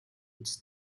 биз